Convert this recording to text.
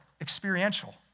experiential